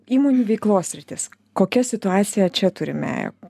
įmonių veiklos sritis kokią situaciją čia turime